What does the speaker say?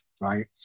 right